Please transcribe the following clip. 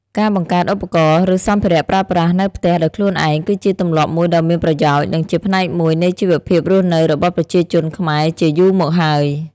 ការបង្កើតឧបករណ៍ ឬសម្ភារៈប្រើប្រាស់នៅផ្ទះដោយខ្លួនឯង គឺជាទម្លាប់មួយដ៏មានប្រយោជន៍ និងជាផ្នែកមួយនៃជីវភាពរស់នៅរបស់ប្រជាជនខ្មែរជាយូរមកហើយ។